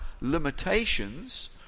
limitations